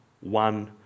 one